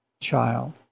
child